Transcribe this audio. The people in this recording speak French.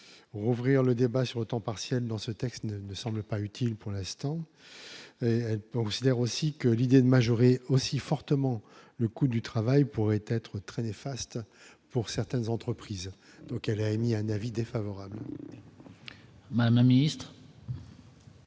rouvrir le débat sur le temps partiel dans ce texte ne ne semble pas utile pour l'instant, donc je veux dire aussi que l'idée de majorer aussi fortement le coût du travail pourrait être très néfaste pour certaines entreprises, donc elle a émis un avis défavorable. Madame la Ministre.